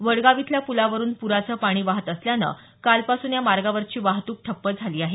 वडगाव इथल्या पुलावरून पुराचं पाणी वाहत असल्यानं कालपासून या मार्गावरची वाहतूक ठप्प झाली आहे